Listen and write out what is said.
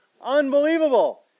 Unbelievable